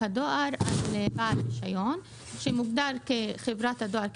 הדואר על בעל רישיון שמוגדר "כחברת הדואר",